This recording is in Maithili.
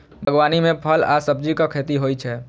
बागवानी मे फल आ सब्जीक खेती होइ छै